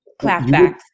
clapbacks